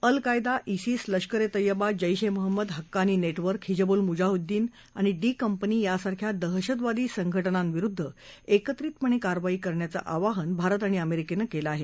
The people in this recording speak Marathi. अल कायदा सिस लष्कर ए तय्यबा जध्याए मोहम्मद हक्कानी नेटवर्क हिजबूल मुजाहिद्दिन आणि डी कंपनी सारख्या दहशतवादी संघटनांविरुद्ध एकत्रितपणे कारवाई करण्याचं आवाहन भारत आणि अमेरिकेनं केलं आहे